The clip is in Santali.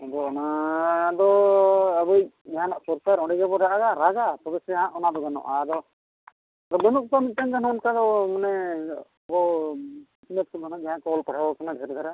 ᱟᱵᱚ ᱚᱱᱟ ᱫᱚ ᱟᱵᱚᱭᱤᱡ ᱡᱟᱦᱟᱱᱟᱜ ᱥᱚᱨᱠᱟᱨ ᱚᱸᱰᱮ ᱜᱮᱵᱚᱱ ᱨᱟᱜᱟ ᱨᱟᱜᱟ ᱛᱚᱵᱮ ᱥᱮ ᱱᱟᱦᱟᱜ ᱚᱱᱟ ᱫᱚ ᱜᱟᱱᱚᱜᱼᱟ ᱟᱫᱚ ᱵᱟᱹᱱᱩᱜ ᱠᱚᱣᱟ ᱚᱱᱠᱟ ᱫᱚ ᱢᱤᱫᱴᱟᱝ ᱜᱟᱱ ᱦᱚᱸ ᱚᱱᱠᱟ ᱫᱚ ᱚᱱᱮ ᱡᱟᱹᱥᱛᱤ ᱫᱷᱟᱨᱟ ᱡᱟᱦᱟᱸᱭ ᱠᱚ ᱚᱞ ᱯᱟᱲᱦᱟᱣ ᱠᱟᱱᱟ ᱰᱷᱮᱹᱨ ᱫᱷᱟᱨᱟ